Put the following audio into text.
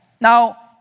Now